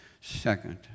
second